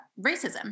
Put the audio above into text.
racism